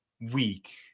week